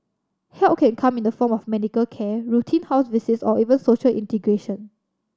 help can come in the form of medical care routine house visits or even social integration